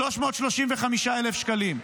335,000 שקלים,